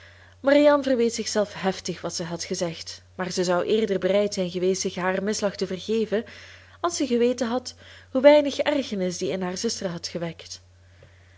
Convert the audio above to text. marianne verweet zichzelve heftig wat ze had gezegd maar ze zou eerder bereid zijn geweest zich haar misslag te vergeven als ze geweten had hoe weinig ergernis die in haar zuster had gewekt